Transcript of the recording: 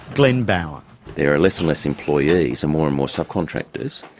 glenn bower there are less and less employees and more and more subcontractors,